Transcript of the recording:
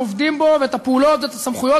עובדים בו ואת הפעולות ואת הסמכויות,